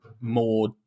more